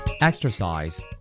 Exercise